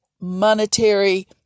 monetary